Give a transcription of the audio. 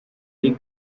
ari